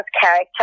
character